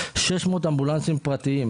ו-6,000 אמבולנסים פרטיים.